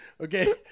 Okay